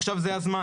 עכשיו זה הזמן.